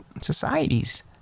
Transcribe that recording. societies